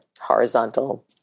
horizontal